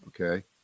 okay